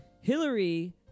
Hillary